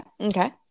Okay